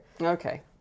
Okay